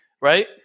right